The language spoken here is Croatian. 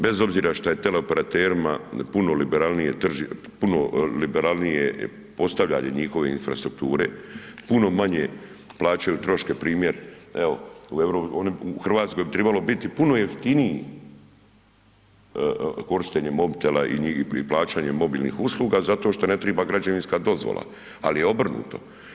Bez obzira što je teleoperaterima puno liberalnije postavljanje njihove infrastrukture, puno manje plaćaju troškove, primjer evo u Hrvatskoj bi trebalo biti puno jeftinije korištenje mobitela i plaćanje mobilnih usluga zato što ne treba građevinska dozvola, ali i obrnuto.